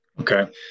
Okay